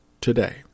Today